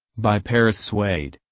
by paris swade.